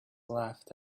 laughed